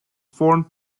formed